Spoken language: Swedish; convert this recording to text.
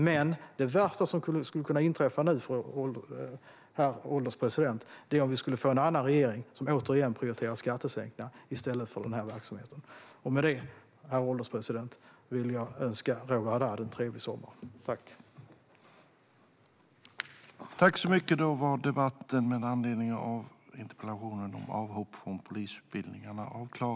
Men det värsta som skulle kunna inträffa nu, herr ålderspresident, är att vi skulle få en annan regering, som återigen prioriterar skattesänkningar i stället för denna verksamhet. Med detta, herr ålderspresident, vill jag önska Roger Haddad en trevlig sommar.